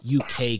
UK